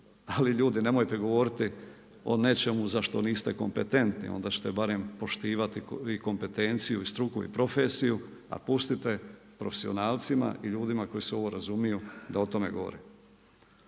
ali ljude nemojte govoriti o nečemu zašto niste kompetentni, onda će te barem poštivati i kompetenciju i struku i profesiju, a pustite profesionalcima i ljudima koji se u ovo razumiju, da o tome govore.